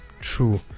True